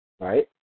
right